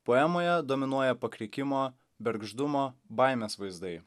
poemoje dominuoja pakrikimo bergždumo baimės vaizdai